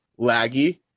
laggy